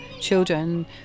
children